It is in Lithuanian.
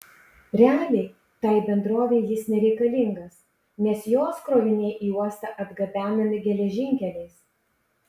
realiai tai bendrovei jis nereikalingas nes jos kroviniai į uostą atgabenami geležinkeliais